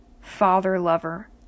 father-lover